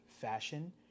fashion